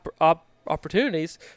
opportunities